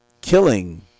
killing